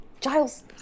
Giles